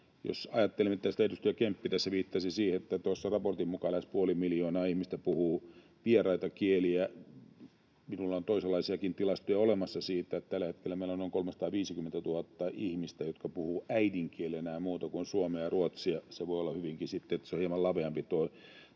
on paikallaan. Edustaja Kemppi tässä viittasi siihen, että tuossa raportin mukaan lähes puoli miljoonaa ihmistä puhuu vieraita kieliä. Minulla on siitä olemassa toisenlaisiakin tilastoja, että tällä hetkellä meillä on noin 350 000 ihmistä, jotka puhuvat äidinkielenään muuta kuin suomea ja ruotsia. Se voi olla hyvinkin sitten, että tuo tulkinta on hieman laveampi,